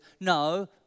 No